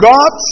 God